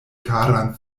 karan